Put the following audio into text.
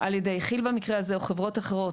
על ידי כי"ל במקרה הזה או חברות אחרות,